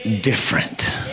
different